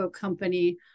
company